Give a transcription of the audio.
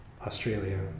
Australia